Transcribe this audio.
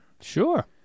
Sure